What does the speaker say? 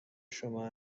شما